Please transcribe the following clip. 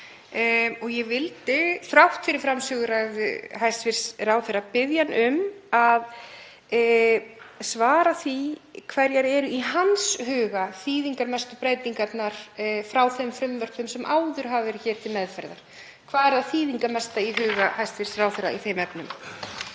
og ég vildi, þrátt fyrir framsöguræðu hæstv. ráðherra, biðja hann um að svara því hverjar séu í hans huga þýðingarmestu breytingarnar frá þeim frumvörpum sem áður hafa verið hér til meðferðar. Hvað er það þýðingarmesta í huga hæstv. ráðherra í þeim efnum?